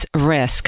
risk